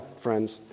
friends